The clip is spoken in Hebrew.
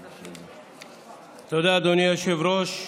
תודה, אדוני היושב-ראש.